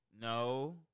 no